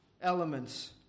elements